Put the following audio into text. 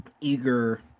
eager